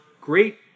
great